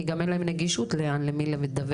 כי גם אין להם נגישות לאן, למי למדווח.